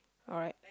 alright